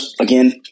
again